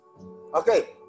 Okay